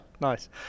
nice